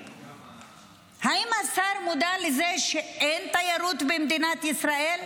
האם השר מודע לזה שאין תיירות במדינת ישראל,